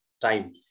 time